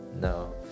No